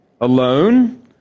alone